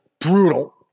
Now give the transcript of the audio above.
brutal